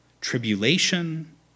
Tribulation